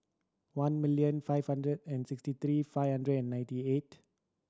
one million five hundred and sixty three five hundred and ninety eight